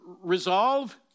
Resolve